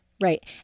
Right